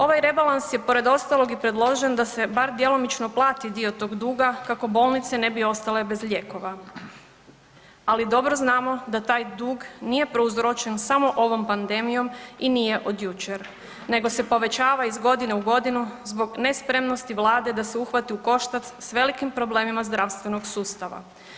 Ovaj rebalans je pored ostalog i predložen da se bar djelomično plati dio tog duga kako bolnice ne bi ostale bez lijekova, ali dobro znamo da taj dug nije prouzročen samo ovom pandemijom i nije od jučer nego se povećava iz godine u godinu zbog nespremnosti vlade da se uhvati u koštac s velikim problemima zdravstvenog sustava.